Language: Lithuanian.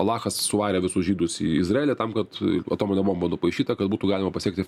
alachas suvarė visus žydus į izraelį tam kad atominė bomba nupaišyta kad būtų galima pasiekti